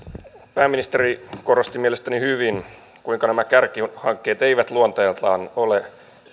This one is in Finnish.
pääministeri korosti mielestäni hyvin kuinka nämä kärkihankkeet eivät luonteeltaan ole